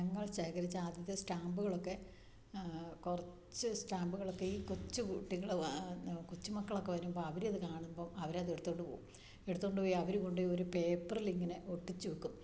ഞങ്ങൾ ശേഖരിച്ച ആദ്യത്തേ സ്റ്റാമ്പ്കളൊക്കെ കുറച്ച് സ്റ്റാമ്പ്കളൊക്കെ ഈ കൊച്ച് കുട്ടികൾ കൊച്ച് മക്കളൊക്കെ വരുമ്പോൾ അവരത് കാണുമ്പം അവർ അത് എടുത്തോണ്ട് പോവും എടുത്തോണ്ട് പോയി അവർ കൊണ്ട് പോയി ഒരു പേപ്പർലിങ്ങനെ ഒട്ടിച്ച് വെക്കും